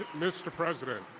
mr. president,